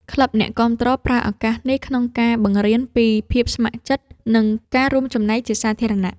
ក្លឹបអ្នកគាំទ្រប្រើឱកាសនេះក្នុងការបង្រៀនពីភាពស្ម័គ្រចិត្ត និងការរួមចំណែកជាសាធារណៈ។